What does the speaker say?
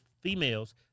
females